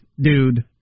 dude